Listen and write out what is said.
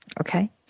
Okay